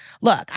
look